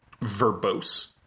verbose